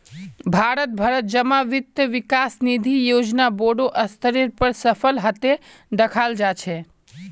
भारत भरत जमा वित्त विकास निधि योजना बोडो स्तरेर पर सफल हते दखाल जा छे